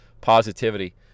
positivity